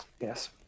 Yes